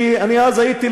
כי אני אז הייתי,